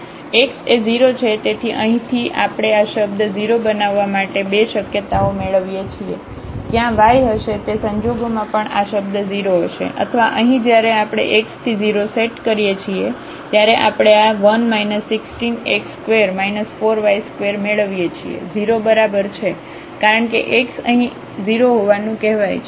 x એ 0 છે તેથી અહીંથી આપણે આ શબ્દ 0 બનાવવા માટે બે શક્યતાઓ મેળવીએ છીએ ક્યાં y હશે તે સંજોગોમાં પણ આ શબ્દ 0 હશે અથવા અહીં જ્યારે આપણે x થી 0 સેટ કરીએ છીએ ત્યારે આપણે આ 1 16x2 4y2મેળવીએ છીએ 0 બરાબર છે કારણ કે x અહીં 0 હોવાનું કહેવાય છે